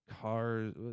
Cars